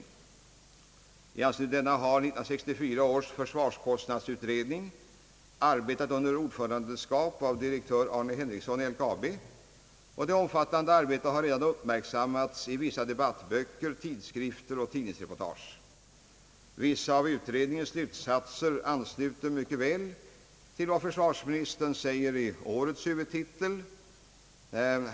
I anslutning till denna har 1964 års försvarskostnadsutredning arbetat under ordförandeskap av direktör Arne Henriksson i LKAB, och detta omfattande arbete har redan uppmärksammats i vissa debattböcker, tidskrifter och tidningsreportage. Vissa av utredningens slutsatser ansluter mycket väl till vad försvarsministern säger i sin huvudtitel för i år.